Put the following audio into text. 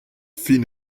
fin